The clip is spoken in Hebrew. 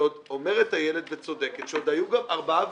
ועוד אומרת איילת וצודקת, שעוד היו גם ארבעה